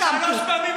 להיפגש איתך שלוש פעמים.